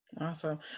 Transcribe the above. Awesome